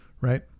Right